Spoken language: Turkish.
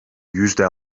yüzde